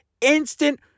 instant